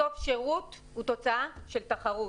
בסוף שירות הוא תוצאה של תחרות.